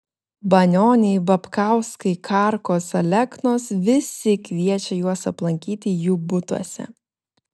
banioniai babkauskai karkos aleknos visi kviečia juos aplankyti jų butuose